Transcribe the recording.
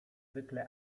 zwykle